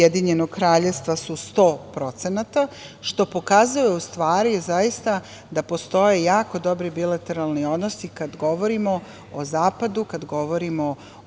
Vlade UK su 100%, što pokazuje u stvari, zaista, da postoje jako dobri bilateralni odnosi kada govorimo o zapadu, kada govorimo o